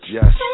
Yes